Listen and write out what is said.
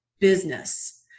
business